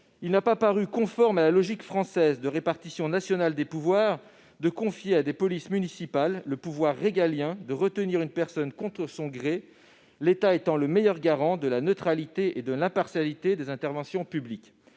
Il n'a pas paru [...] conforme à la logique française de répartition nationale des pouvoirs, de confier à des polices municipales le pouvoir régalien de retenir une personne contre son gré, l'État étant le meilleur garant de la neutralité et de l'impartialité des interventions publiques.